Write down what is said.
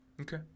Okay